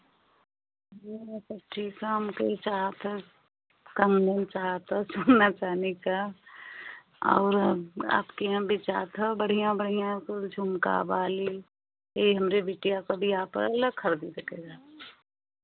ठीक है हम तो यह चाहते हैं कम में सोना चाँदी का और आपके यहाँ भी जात है बढ़िया बढ़िया झुमका वाली यह हमारे बिटिया को भी आप है ला